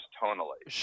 tonally